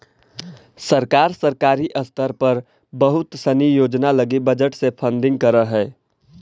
सरकार सरकारी स्तर पर बहुत सनी योजना लगी बजट से फंडिंग करऽ हई